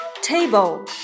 Table